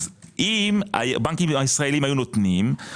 אם הבנקים הישראליים היו נותנים,